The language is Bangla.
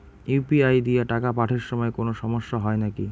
ইউ.পি.আই দিয়া টাকা পাঠের সময় কোনো সমস্যা হয় নাকি?